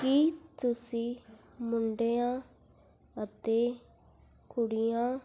ਕੀ ਤੁਸੀਂ ਮੁੰਡਿਆਂ ਅਤੇ ਕੁੜੀਆਂ